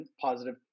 positive